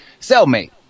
cellmate